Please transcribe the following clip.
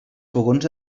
fogons